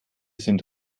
sind